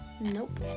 nope